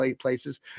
places